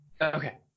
okay